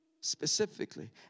specifically